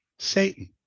satan